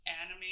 anime